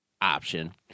option